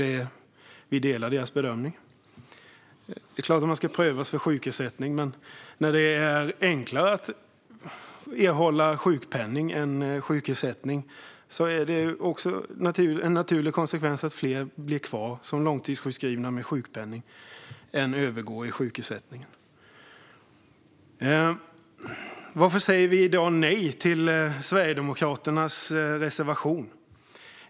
Vi delar dess bedömning. Det är klart att människor ska prövas för sjukersättning. Men när det är enklare att erhålla sjukpenning än sjukersättning är det en naturlig konsekvens att det är fler som blir kvar som långtidssjukskrivna med sjukpenning än som övergår till sjukersättningen. Varför säger vi i dag nej till Sverigedemokraternas reservation?